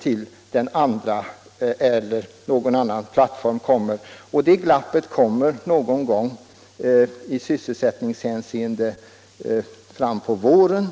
tills någon ytterligare plattform beställs. Det glappet i sysselsättningen kommer någon gång fram på våren.